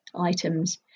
items